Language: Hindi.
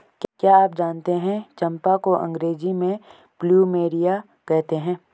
क्या आप जानते है चम्पा को अंग्रेजी में प्लूमेरिया कहते हैं?